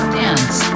dance